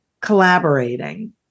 collaborating